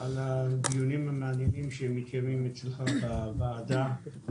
על הדיונים המעניינים שמתקיימים אצלך בוועדה,